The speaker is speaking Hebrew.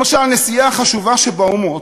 למשל נשיאי החשובה שבאומות,